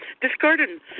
Discarded